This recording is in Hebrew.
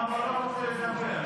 נוכח, אבל לא רוצה לדבר.